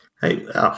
Hey